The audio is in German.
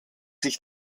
sich